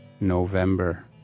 November